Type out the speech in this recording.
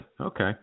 Okay